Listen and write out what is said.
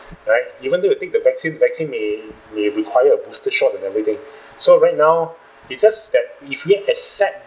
right even though you take the vaccine vaccine may may require a booster shot and everything so right now it's just that if we accept